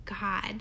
god